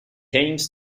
aims